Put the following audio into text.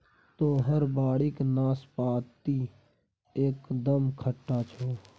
तोहर बाड़ीक नाशपाती एकदम खट्टा छौ